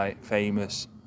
famous